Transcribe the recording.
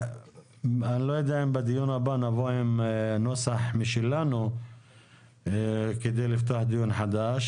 אני לא יודע אם בדיון הבא נבוא עם נוסח משלנו כדי לפתוח דיון חדש,